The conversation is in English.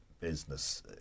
business